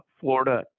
Florida